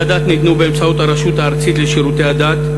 הדת ניתנו באמצעות הרשות הארצית לשירותי הדת,